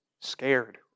scared